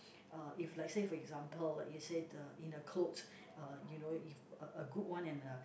uh if like say for example like you said uh in the clothes uh you know you a a good one and a